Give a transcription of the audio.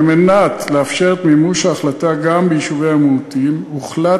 על מנת לאפשר את מימוש ההחלטה גם ביישובי המיעוטים הוחלט